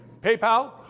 PayPal